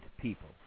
people